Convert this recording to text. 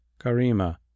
karima